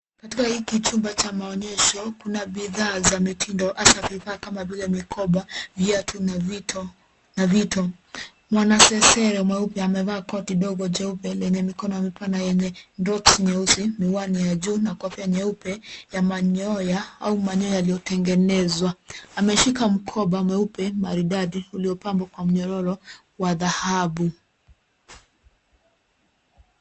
Katika hiki chumba cha maonyesho kuna bidhaa za mitindo hasa vifaa kama vile mikoba, viatu na vito. Wanasesere mweupe amevaa koti dogo jeupe lenye mikono yenye dots nyeusi, miwani ya juu na kofia nyeupe ya manyoya au manyoya yaliyotengenezwa. Ameshika mkoba mweupe maridadi uliopambwa kwa mnyororo wa dhahabu.